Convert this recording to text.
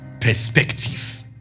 Perspective